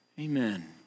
Amen